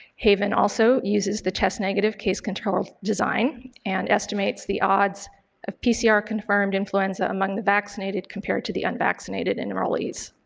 haven also uses the chest negative case controlled design and estimates the odds of pcr confirmed influenza among the vaccinated compared to the unvaccinated and enrollees.